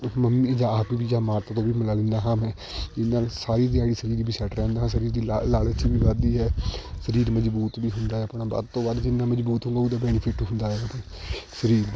mummy ਜਾਂ ਆਪ ਵੀ ਜਾਂ ਮਾਤਾ ਤੋਂ ਵੀ ਮਲਾ ਲੈਂਦਾ ਹਾਂ ਮੈਂ ਜਿਹਦੇ ਨਾਲ ਸਾਰੀ ਦਿਹਾੜੀ ਸਰੀਰ ਵੀ ਸੈੱਟ ਰਹਿੰਦਾ ਸਰੀਰ ਦੀ ਲਾਲਚ ਵੀ ਵੱਧਦੀ ਹੈ ਸਰੀਰ ਮਜਬੂਤ ਵੀ ਹੁੰਦਾ ਆਪਣਾ ਵੱਧ ਤੋਂ ਵੱਧ ਜਿੰਨਾ ਮਜਬੂਤ ਹੋਵੇਗਾ ਉਹਦਾ ਬੈਨੀਫਿਟ ਹੁੰਦਾ ਸਰੀਰ